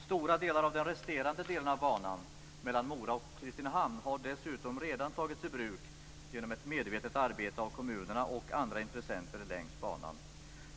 Stora delar av den resterande delen av banan mellan Mora och Kristinehamn har dessutom redan tagits i bruk genom ett medvetet arbete av kommunerna och andra intressenter längs banan.